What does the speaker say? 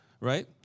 Right